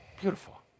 beautiful